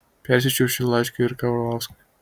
persiųsčiau šį laišką ir karvauskui